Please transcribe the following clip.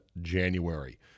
January